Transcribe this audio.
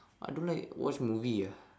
I don't like watch movie ah